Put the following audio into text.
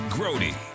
Grody